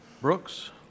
Brooks